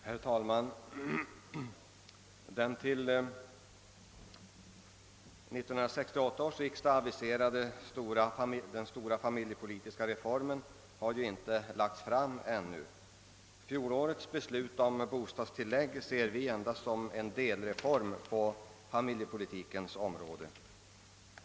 Herr talman! Den till 1968 års riksdag aviserade stora familjepolitiska reformen har ju ännu inte framlagts. Fjolårets beslut om bostadstillägg betraktar vi endast som en delreform på familjepolitikens område.